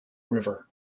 river